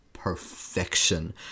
perfection